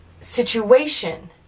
situation